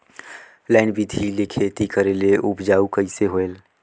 Line बिधी ले खेती करेले उपजाऊ कइसे होयल?